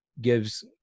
gives